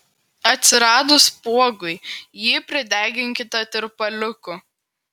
atsiradus spuogui jį prideginkite tirpaliuku